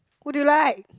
who do you like